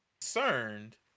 Concerned